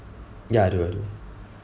ya I do I do